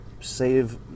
save